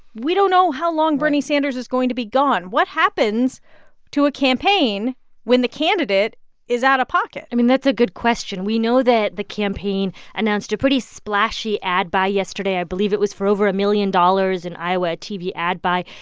we don't know how long bernie sanders is going to be gone. what happens to a campaign when the candidate is out of pocket? i mean, that's a good question. we know that the campaign announced a pretty splashy ad buy yesterday i believe it was for over a million dollars in iowa a tv ad buy.